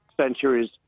centuries